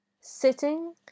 sitting